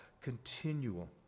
continual